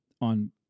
on